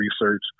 research